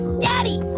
daddy